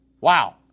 Wow